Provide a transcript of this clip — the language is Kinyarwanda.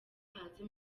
hanze